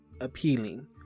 appealing